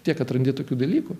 tiek atrandi tokių dalykų